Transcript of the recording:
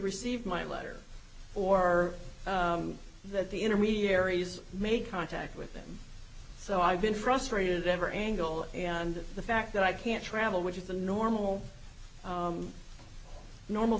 received my letter or that the intermediaries made contact with them so i've been frustrated ever angle and the fact that i can't travel which is the normal normal